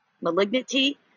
malignity